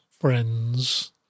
friends